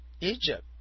Egypt